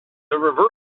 reversible